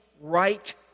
right